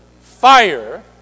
fire